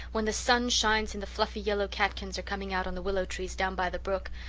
when the sun shines and the fluffy yellow catkins are coming out on the willow-trees down by the brook,